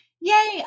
Yay